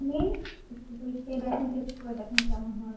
নিন একটু দই খেয়ে দেখেন টেস্ট করে দেখেন কেমন হয়